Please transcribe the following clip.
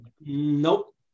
Nope